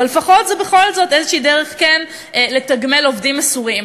אבל לפחות זה בכל זאת איזו דרך כן לתגמל עובדים מסורים.